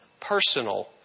personal